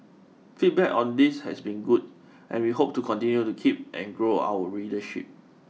feedback on this has been good and we hope to continue to keep and grow our readership